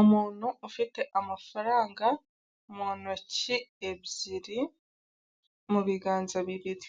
Umuntu ufite amafaranga mu ntoki ebyiri, mu biganza bibiri,